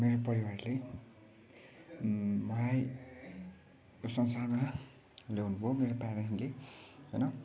किनकि मेरो परिवारले मलाई संसारमा ल्याउनुभयो मेरो प्यारेन्टले होइन